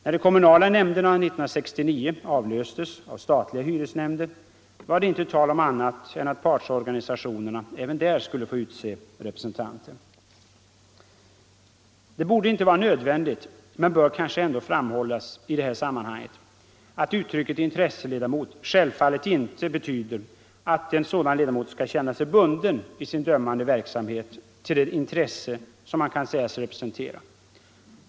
När de kommunala nämnderna år 1969 avlöstes av statliga hyresnämnder, var det inte tal om annat än att partsorganisationerna även där skulle få utse representanter. Det borde inte vara nödvändigt men bör kanske ändå framhållas i detta sammanhang att uttrycket intresseledamot självfallet inte betyder att en sådan ledamot skall känna sig bunden i sin dömande verksamhet till det intresse som han kan sägas representera.